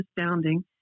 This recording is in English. astounding